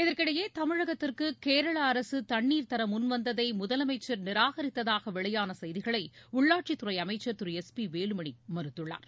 இதற்கிடையே தமிழகத்திற்கு கேரள அரசு தண்ணீர் தர முன்வந்ததை முதலமைச்சர் நிராகரித்ததாக வெளியான செய்திகளை உள்ளாட்சித்துறை அமைச்சர் திரு எஸ் பி வேலுமணி மறுத்துள்ளார்